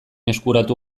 eskuratu